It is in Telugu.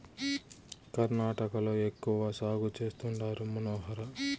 కర్ణాటకలో ఎక్కువ సాగు చేస్తండారు మనోహర